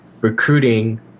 recruiting